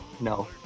No